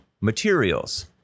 materials